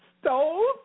stole